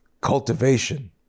cultivation